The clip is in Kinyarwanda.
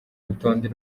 rutonde